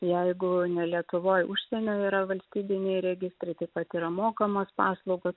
jeigu ne lietuvoj užsienio yra valstybiniai registrai taip pat yra mokamos paslaugos